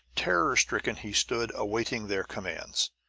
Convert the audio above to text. terror-stricken, he stood awaiting their commands.